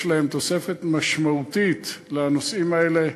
יש להם תוספת משמעותית לנושאים האלה.